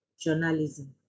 journalism